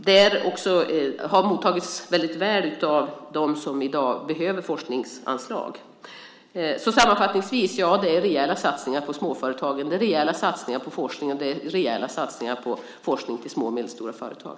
Det har också mottagits väldigt väl av dem som i dag behöver forskningsanslag. Så sammanfattningsvis är det rejäla satsningar på småföretagen, rejäla satsningar på forskning och rejäla satsningar på forskning till små och medelstora företag.